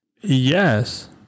Yes